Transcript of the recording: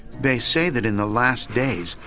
they say that in the last days,